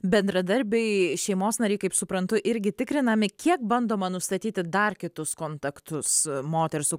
bendradarbiai šeimos nariai kaip suprantu irgi tikrinami kiek bandoma nustatyti dar kitus kontaktus moters su